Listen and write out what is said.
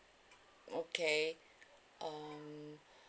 okay um